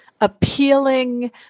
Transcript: appealing